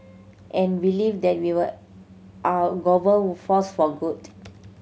and believe that we were are a global force for good